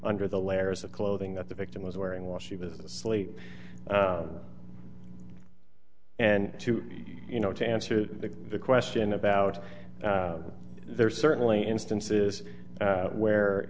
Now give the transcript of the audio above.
under the layers of clothing that the victim was wearing was she was asleep and to you know to answer the question about there certainly instances where